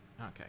Okay